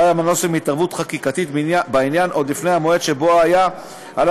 לא היה מנוס מהתערבות חקיקתית בעניין עוד לפני המועד שבו היה על